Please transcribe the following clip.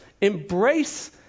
embrace